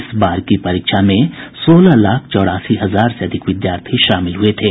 इस बार की परीक्षा में सोलह लाख चौरासी हजार से अधिक विद्यार्थी शामिल हुये थे